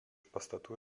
pastatų